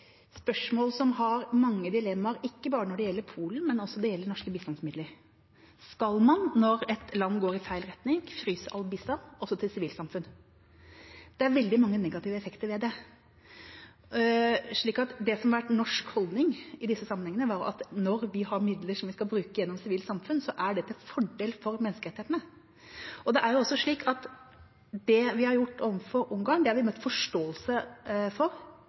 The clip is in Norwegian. spørsmål som har mange dilemmaer, ikke bare når det gjelder Polen, men også når det gjelder norske bistandsmidler. Skal man fryse all bistand, også til sivilt samfunn, når et land går i feil retning? Det er veldig mange negative effekter ved det. Det som har vært norsk holdning i disse sammenhengene, er at når vi har midler vi skal bruke gjennom sivilt samfunn, så er det til fordel for menneskerettighetene. Det vi har gjort overfor Ungarn, har vi møtt forståelse for blant andre EU-land. Vi har hatt støtte for